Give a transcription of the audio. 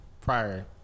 prior